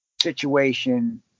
situation